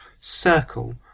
circle